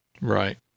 Right